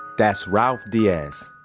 that's ralph diaz.